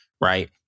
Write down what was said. right